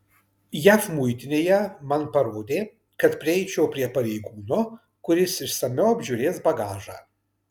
jav muitinėje man parodė kad prieičiau prie pareigūno kuris išsamiau apžiūrės bagažą